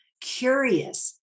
curious